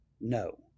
no